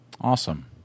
Awesome